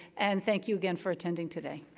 and thank you again for attending today.